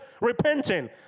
repenting